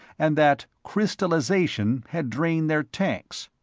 and that crystallization had drained their tanks.